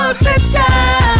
obsession